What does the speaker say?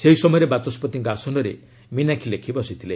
ସେହି ସମୟରେ ବାଚସ୍କତିଙ୍କ ଆସନରେ ମିନାକ୍ଷୀ ଲେଖି ବସିଥିଲେ